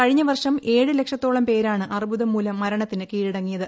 കഴിഞ്ഞു വ്ർഷ്മ ഏഴ് ലക്ഷത്തോളം പേരാണ് അർബുദം മൂലം മൂർണത്തിന് കീഴടങ്ങിയത്